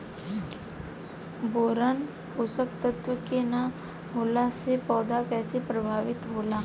Boron पोषक तत्व के न होला से पौधा कईसे प्रभावित होला?